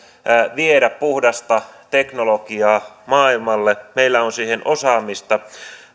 viedä puhdasta teknologiaa maailmalle meillä on siihen osaamista